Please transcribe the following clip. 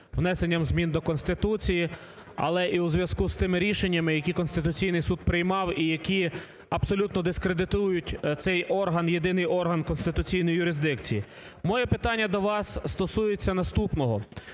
внесенням змін до Конституції, але і у зв'язку з тими рішеннями, які Конституційний Суд приймав і які абсолютно дискредитують цей орган, єдиний орган конституційної юрисдикції. Моє питання до вас стосується наступного.